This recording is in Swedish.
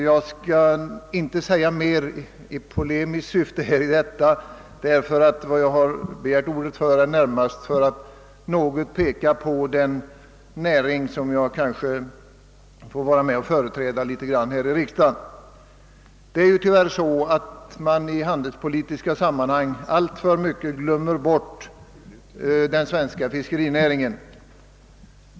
Jag skall inte säga mer i polemiskt syfte härom. Jag begärde närmast ordet för att tala om den näring som jag företräder här i kammaren. Det är tyvärr så, att man i handelspolitiska sammanhang alltför ofta glömmer bort den svenska fiskerinäringen.